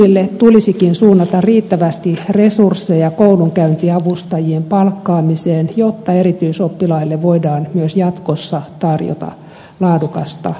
kunnille tulisikin suunnata riittävästi resursseja koulunkäyntiavustajien palkkaamiseen jotta erityisoppilaille voidaan myös jatkossa tarjota laadukasta opetusta